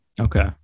Okay